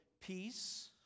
peace